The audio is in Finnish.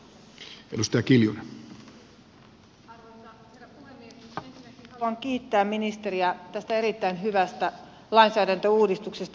ensinnäkin haluan kiittää ministeriä tästä erittäin hyvästä lainsäädän töuudistuksesta